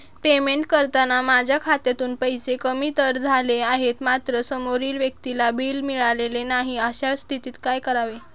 Payment करताना माझ्या खात्यातून पैसे कमी तर झाले आहेत मात्र समोरील व्यक्तीला बिल मिळालेले नाही, अशा स्थितीत काय करावे?